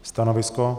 Stanovisko?